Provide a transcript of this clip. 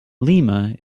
lima